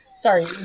Sorry